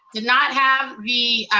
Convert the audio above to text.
did not have the